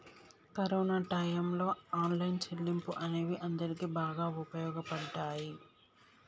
corona టైయ్యంలో online చెల్లింపులు అనేవి అందరికీ బాగా వుపయోగపడ్డయ్యి